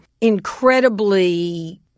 incredibly